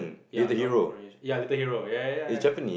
ya around ya Little Hero ya ya ya ya ya